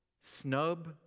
snub